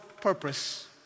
purpose